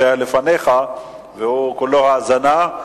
שהיה לפניך והוא כולו האזנה.